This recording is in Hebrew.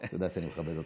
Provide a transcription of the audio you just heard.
אתה יודע שאני מכבד אותך.